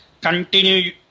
continue